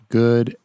good